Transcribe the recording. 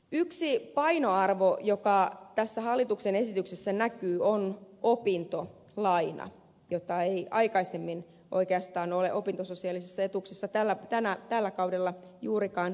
yksi painoarvo joka tässä hallituksen esityksessä näkyy on opintolaina jota ei aikaisemmin oikeastaan ole opintososiaalisissa etuuksissa tällä kaudella juurikaan käsitelty